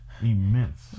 Immense